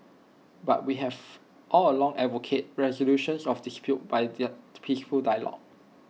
but we have all along advocated resolution of disputes by there peaceful dialogue